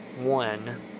one